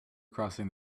crossing